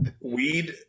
weed